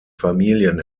familien